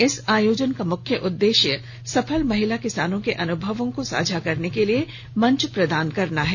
इस आयोजन का मुख्य उद्देश्य सफल महिला किसानों के अनुभव को साझा करने के लिए मंच प्रदान करना है